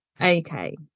Okay